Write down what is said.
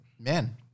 man